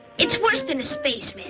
it's worse than a space